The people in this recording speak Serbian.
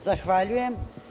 Zahvaljujem.